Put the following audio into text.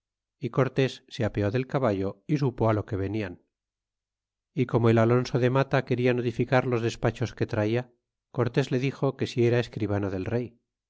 y cortés se apeó del caballo y supo lo que venian y como el alonso de mata quena notificar los despachos que ti aia cortés le dixo que si era escribano del rey